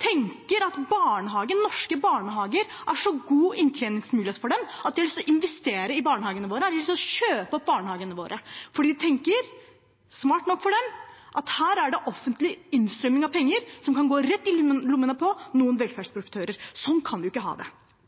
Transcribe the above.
tenker at norske barnehager er en så god inntjeningsmulighet for dem at de har lyst til å investere i barnehagene våre, de har lyst til å kjøpe opp barnehagene våre. For de tenker – smart nok for dem – at her er det offentlige strømmer av penger som kan gå rett i lommene på noen velferdsprofitører. Sånn kan vi ikke ha det.